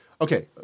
Okay